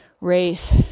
race